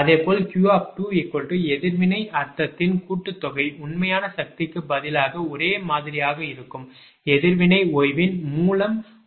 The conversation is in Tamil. அதேபோல் Q எதிர்வினை அர்த்தத்தின் கூட்டுத்தொகை உண்மையான சக்திக்கு பதிலாக ஒரே மாதிரியாக இருக்கும் எதிர்வினை ஓய்வின் மூலம் உண்மையானதை மாற்றும்